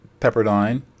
Pepperdine